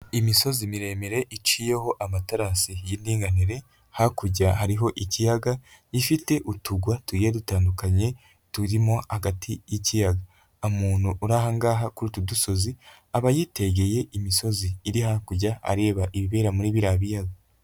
Imisozi miremire iciyeho amaterasi y'indinganire, hakurya hariho ikiyaga gifite utudwa tugiye dutandukanye turimo hagati y'ikiyaga, umuntu uri aha ngaha kuri utu udusozi aba yitegeye imisozi iri hakurya areba ibibera muri biriya biyaga.